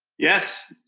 yes.